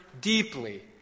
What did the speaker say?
deeply